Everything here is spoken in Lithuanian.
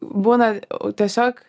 būna tiesiog